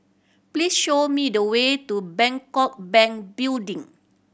please show me the way to Bangkok Bank Building